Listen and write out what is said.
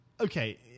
Okay